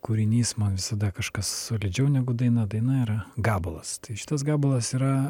kūrinys man visada kažkas solidžiau negu daina daina yra gabalas tai šitas gabalas yra